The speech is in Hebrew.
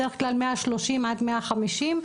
בדרך כלל 130 עד 150,